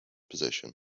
position